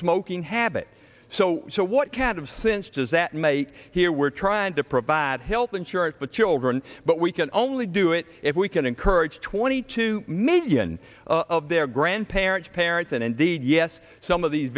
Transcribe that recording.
smoking habit so what can have since does that make here we're trying to provide health insurance but children but we can only do it if we can encourage twenty two million of their grandparents parents and indeed yes some of these